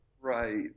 Right